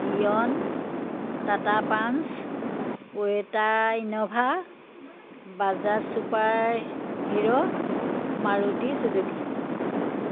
eon Tata punch Toyota Innova Bajaj super hero Maruti Suzuki